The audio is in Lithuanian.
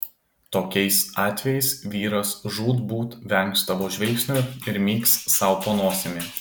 tokiais atvejais vyras žūtbūt vengs tavo žvilgsnio ir myks sau po nosimi